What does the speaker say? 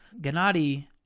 Gennady